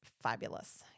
fabulous